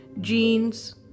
jeans